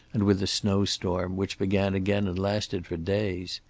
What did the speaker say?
and with the snow storm, which began again and lasted for days.